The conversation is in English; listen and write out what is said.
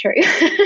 true